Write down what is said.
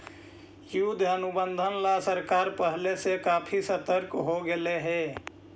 युद्ध अनुबंध ला सरकार पहले से काफी सतर्क हो गेलई हे